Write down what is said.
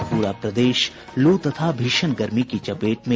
और पूरा प्रदेश लू तथा भीषण गर्मी की चपेट में